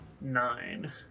nine